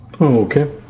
Okay